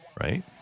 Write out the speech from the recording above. right